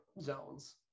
zones